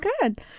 Good